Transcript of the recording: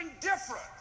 different